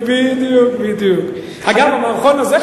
המערכון הזה,